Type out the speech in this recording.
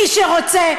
מי שרוצה,